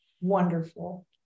Wonderful